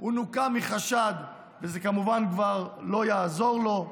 שהוא נוקה מחשד, וזה כמובן כבר לא יעזור לו.